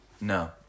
No